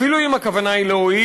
אפילו אם הכוונה היא להועיל.